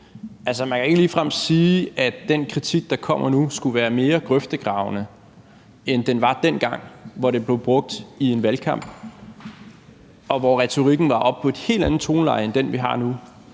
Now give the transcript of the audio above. Man kan ikke ligefrem sige, at den kritik, der kommer nu, skulle være mere grøftegravende, end den var dengang, hvor det blev brugt i en valgkamp, og hvor retorikken var oppe i et helt andet toneleje end det, vi har nu.